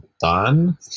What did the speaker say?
done